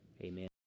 Amen